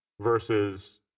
versus